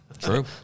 True